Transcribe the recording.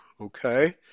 okay